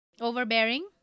overbearing